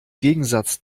gegensatz